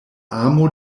amo